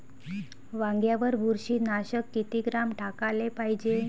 वांग्यावर बुरशी नाशक किती ग्राम टाकाले पायजे?